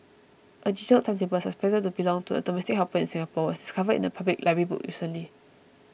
a detailed timetable suspected to belong to a domestic helper in Singapore was discovered in a public library book recently